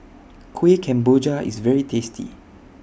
Kueh Kemboja IS very tasty